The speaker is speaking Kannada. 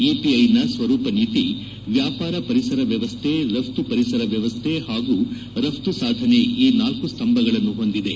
ಇಪಿಐನ ಸ್ವರೂಪ ನೀತಿ ವ್ಯಾಪಾರ ಪರಿಸರ ವ್ಯವಸ್ಲೆ ರಘ್ತು ಪರಿಸರ ವ್ಯವಸ್ಲೆ ಹಾಗೂ ರಘ್ತು ಸಾಧನೆ ಈ ನಾಲ್ಲು ಸ್ತಂಭಗಳನ್ನು ಹೊಂದಿದೆ